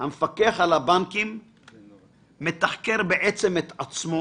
שהמפקח על הבנקים מתחקר את עצמו